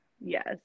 yes